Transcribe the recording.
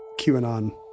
QAnon